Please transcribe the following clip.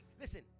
listen